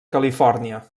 califòrnia